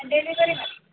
എന്തെങ്കിലും കറി മതി